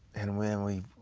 and when we